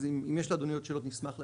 אם יש לאדוני עוד שאלות נשמח להשיב,